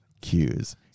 cues